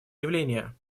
явления